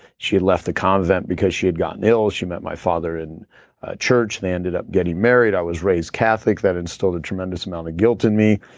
she left the convent because she had gotten ill, she met my father in church, they ended up getting married. i was raised catholic, that instilled a tremendous amount of guilt in me.